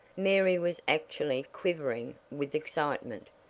mary was actually quivering with excitement.